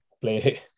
play